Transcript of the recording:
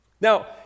Now